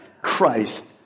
Christ